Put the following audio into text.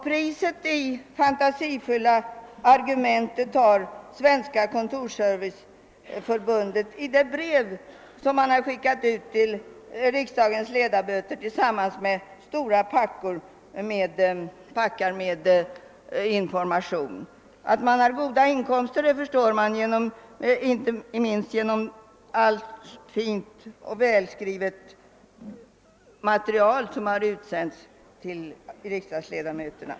Priset i fantasifulla argument tar Svenska kontorsserviceförbundet i det brev som förbundet skickat ut till riksdagens ledamöter tillsammans med stora packar av information. Att dessa företag har goda inkomster framgår inte minst av allt fint och välskrivet material som utsänts till riksdagsledamöterna.